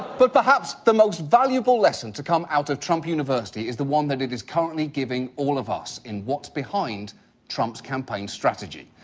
but perhaps the most valuable lesson to come out of trump university is the one that it is currently giving all of us in what's behind trump's campaign strategy.